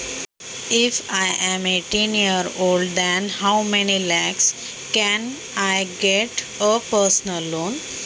मी अठरा वर्षांचा आहे तर मला वैयक्तिक कर्ज किती लाखांपर्यंत मिळेल?